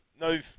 no